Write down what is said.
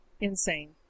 insane